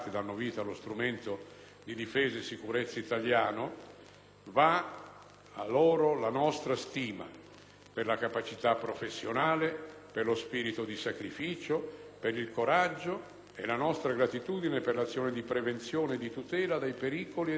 andare la nostra stima per la loro capacità professionale, lo spirito di sacrificio ed il coraggio, nonché la nostra gratitudine per l'azione di prevenzione e di tutela dai pericoli e dalle minacce, non solo a favore delle popolazioni soccorse, ma, in una visione